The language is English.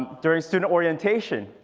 during student orientation,